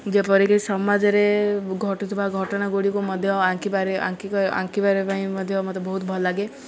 ଯେପରିକି ସମାଜରେ ଘଟୁଥିବା ଘଟଣା ଗୁଡ଼ିକୁ ମଧ୍ୟ ଆଙ୍କିବାରେ ଆଙ୍କ ଆଙ୍କିବା ପାଇଁ ମଧ୍ୟ ମୋତେ ବହୁତ ଭଲ ଲାଗେ